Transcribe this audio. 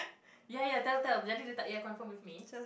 ya ya tell tell that is jadi dia tak ya confirm with me